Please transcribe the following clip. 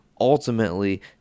ultimately